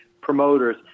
promoters